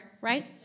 right